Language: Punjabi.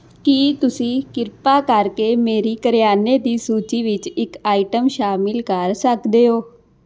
ਕੀ ਤੁਸੀਂ ਕਿਰਪਾ ਕਰਕੇ ਮੇਰੀ ਕਰਿਆਨੇ ਦੀ ਸੂਚੀ ਵਿੱਚ ਇੱਕ ਆਈਟਮ ਸ਼ਾਮਲ ਕਰ ਸਕਦੇ ਹੋ